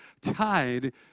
tied